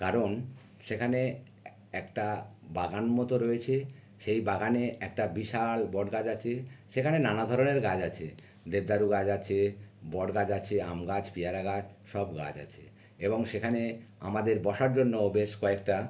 কারণ সেখানে একটা বাগান মতো রয়েছে সেই বাগানে একটা বিশাল বট গাছ আছে সেখানে নানা ধরনের গাছ আছে দেবদারু গাছ আছে বট গাছ আছে আম গাছ পেয়ারা গাছ সব গাছ আছে এবং সেখানে আমাদের বসার জন্যও বেশ কয়েকটা